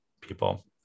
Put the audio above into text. people